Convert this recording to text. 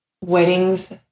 Weddings